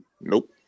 nope